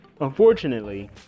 Unfortunately